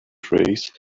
trays